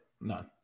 None